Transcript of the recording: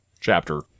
chapter